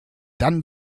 dann